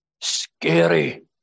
scary